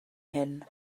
hyn